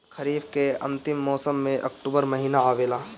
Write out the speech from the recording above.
खरीफ़ के अंतिम मौसम में अक्टूबर महीना आवेला?